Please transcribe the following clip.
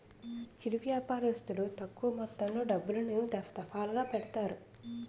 చిరు వ్యాపారస్తులు తక్కువ మొత్తంలో డబ్బులను, దఫాదఫాలుగా పెడతారు